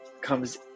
comes